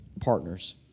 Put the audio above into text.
partners